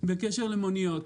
בקשר למוניות.